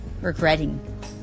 Regretting